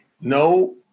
no